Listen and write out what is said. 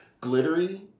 glittery